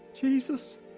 Jesus